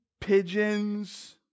Pigeons